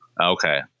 Okay